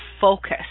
focus